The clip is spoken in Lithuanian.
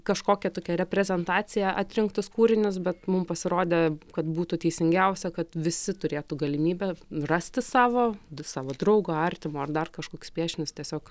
kažkokią tokią reprezentaciją atrinktus kūrinius bet mum pasirodė kad būtų teisingiausia kad visi turėtų galimybę rasti savo savo draugo artimo ar dar kažkoks piešinius tiesiog